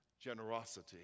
generosity